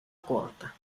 corta